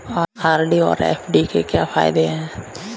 RD और FD के क्या फायदे हैं?